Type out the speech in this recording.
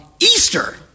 Easter